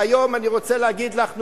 והיום אני רוצה להגיד לך,